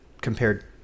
compared